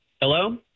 Hello